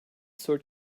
search